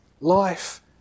Life